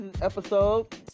episode